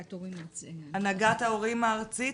הנהגת ההורים הארצית,